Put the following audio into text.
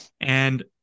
And-